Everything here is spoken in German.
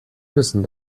wissen